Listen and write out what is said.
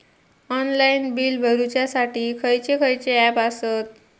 Online bill भरुच्यासाठी खयचे खयचे ऍप आसत?